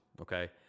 okay